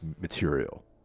material